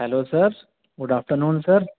hello sir good after noon sir